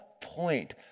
point